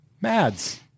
Mads